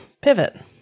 pivot